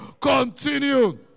continue